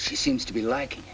she seems to be like